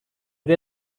wir